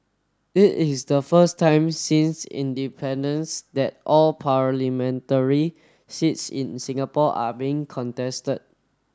it is the first time since independence that all parliamentary seats in Singapore are being contested